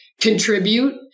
contribute